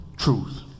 truth